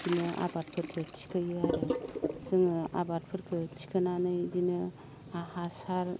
इदिनो आबादफोरखो थिखोयो आरो जोङो आबादफोरखो थिखोनानै इदिनो हासार